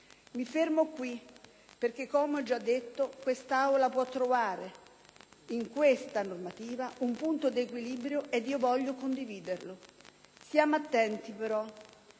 Mi fermo qui, perché, come ho già detto, quest'Aula può trovare in questa normativa un punto di equilibrio ed io voglio condividerlo. Stiamo attenti, però: